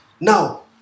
Now